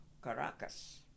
Caracas